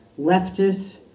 leftists